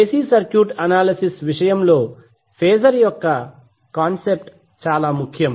AC circuit analysis విషయంలో phasor యొక్క concept చాలా ముఖ్యం